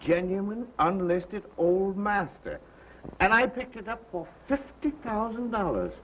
genuine unlisted old master and i picked it up for fifty thousand dollars